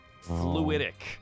fluidic